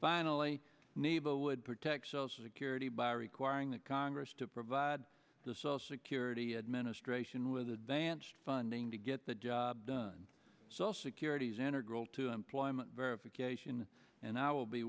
finally naval would protect social security by requiring that congress to provide this all security administration with advanced funding to get the job done so all securities enter girl to employment verification and i will be